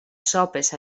sopes